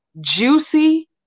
Juicy